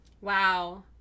Wow